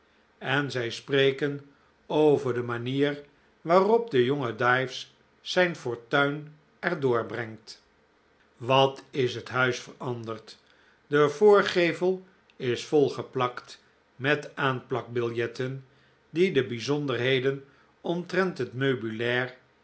en zij spreken over de manier waarop de jonge dives zijn fortuin er door brengt wat is het huis veranderd de voorgevel is volgeplakt met aanplakbiljetten die de bijzonderheden omtrent het meubilair